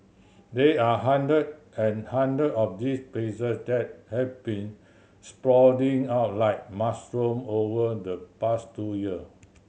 there are hundred and hundred of these places that have been sprouting up like mushroom over the past two year